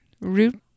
Root